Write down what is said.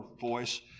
voice